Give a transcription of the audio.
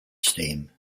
steam